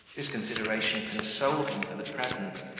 this consideration consoled him for the present,